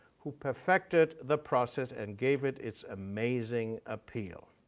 who perfected the process and gave it its amazing appeal.